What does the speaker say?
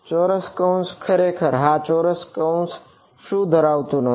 ચોરસ કૌંસ ખરેખર હા ચોરસ કૌંસ શું ધરાવતું નથી